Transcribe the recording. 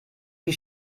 wie